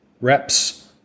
reps